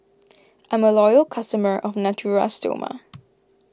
I'm a loyal customer of Natura Stoma